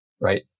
right